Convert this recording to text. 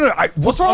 i was ah